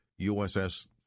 USS